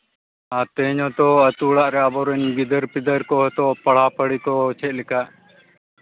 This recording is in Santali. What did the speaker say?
ᱟᱨ ᱛᱮᱦᱮᱧ ᱦᱚᱸᱛᱚ ᱟᱹᱛᱩ ᱚᱲᱟᱜ ᱨᱮᱱ ᱟᱵᱚᱨᱤᱱ ᱜᱤᱫᱟᱹᱨ ᱯᱤᱫᱟᱹᱨ ᱠᱚ ᱦᱚᱭᱛᱳ ᱯᱟᱲᱦᱟᱣ ᱯᱟᱲᱦᱤ ᱠᱚ ᱪᱮᱫ ᱞᱮᱠᱟ